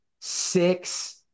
six